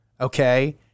okay